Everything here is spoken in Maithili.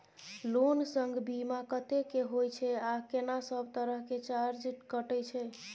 लोन संग बीमा कत्ते के होय छै आ केना सब तरह के चार्ज कटै छै?